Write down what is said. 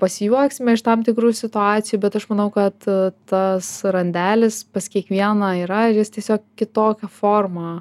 pasijuoksime iš tam tikrų situacijų bet aš manau kad tas randelis pas kiekvieną yra ir jis tiesiog kitokia forma